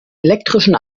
elektrischen